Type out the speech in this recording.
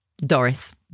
Doris